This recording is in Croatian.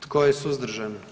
Tko je suzdržan?